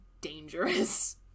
dangerous